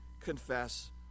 confess